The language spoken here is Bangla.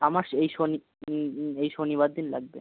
আমাস এই শনি এই শনিবার দিন লাগবে